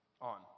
on